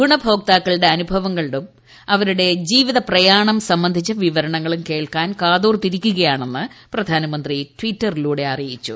ഗുണഭോക്താക്കളുടെ അനുഭവങ്ങളും അവരുടെ ജീവിതപ്രയാണം സംബന്ധിച്ച വിവരണങ്ങളും കേൾക്കാൻ കാതോർത്തിരിക്കുകയാണെന്ന് പ്രധാനമന്ത്രി ട്വിറ്ററിലൂടെ അറിയിച്ചു